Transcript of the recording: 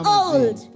old